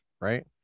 right